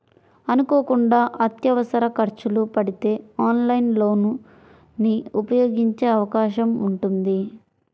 అనుకోకుండా అత్యవసర ఖర్చులు పడితే ఆన్లైన్ లోన్ ని ఉపయోగించే అవకాశం ఉంటుంది